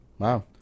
Wow